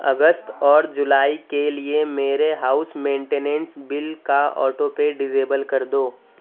اگست اور جولائی کے لیے میرے ہاؤس مینٹیننس بل کا آٹو پے ڈزیبل کر دو